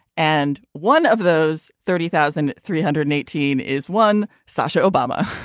and one of those thirty thousand three hundred and eighteen is one. sasha obama